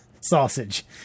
sausage